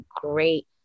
great